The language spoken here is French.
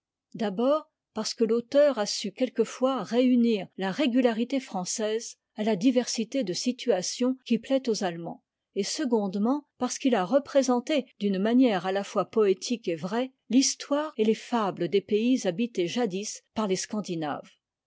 d'abord parce que l'auteur a su quelquefois réunir la régularité française à la diversité de situations qui plaît aux allemands et secondement parce qu'il a représenté d'une manière à la fois poétique et vraie l'histoire et les fables des pays habités jadis par les scandinaves